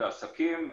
לעסקים,